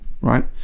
right